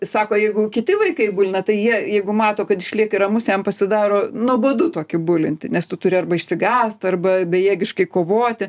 sako jeigu kiti vaikai bulina tai jie jeigu mato kad išlieki ramus jam pasidaro nuobodu tokį bulinti nes tu turi arba išsigąst arba bejėgiškai kovoti